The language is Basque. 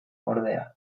ordea